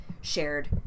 shared